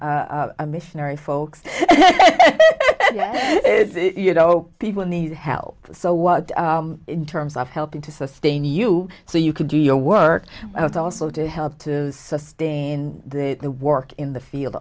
being a missionary folks you know people need help so what in terms of helping to sustain you so you can do your work with also to help to sustain their work in the field